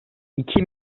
iki